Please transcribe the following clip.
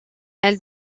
elle